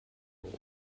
rule